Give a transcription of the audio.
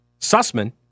Sussman